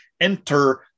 enter